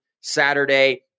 Saturday